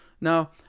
Now